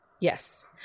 Yes